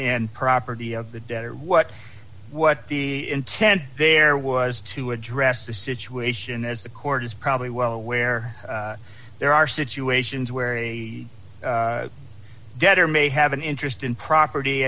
and property of the debtor what the intent there was to address the situation as the court is probably well aware there are situations where a debtor may have an interest in property